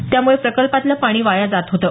त्यामुळे प्रकल्पातलं पाणी वाया जात होतं